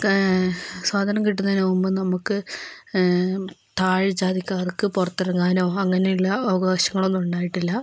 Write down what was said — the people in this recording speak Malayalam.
സ്വാതന്ത്ര്യം കിട്ടുന്നതിന് മുമ്പ് നമുക്ക് താഴ് ജാതിക്കാർക്ക് പുറത്തിറങ്ങാനോ അങ്ങനെയുള്ള അവകാശങ്ങളൊന്നും ഉണ്ടായിട്ടില്ല